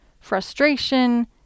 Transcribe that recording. frustration